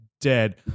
dead